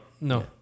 no